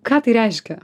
ką tai reiškia